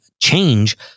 change